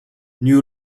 new